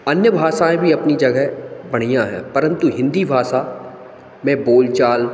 अन्य भाषाएँ भी अपनी जगह बढ़िया हैं परंतु हिन्दी भाषा में बोल चाल